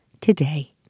today